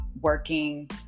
working